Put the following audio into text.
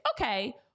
okay